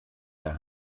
der